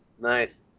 nice